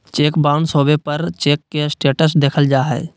cheque bounce होबे पर cheque के स्टेटस देखल जा हइ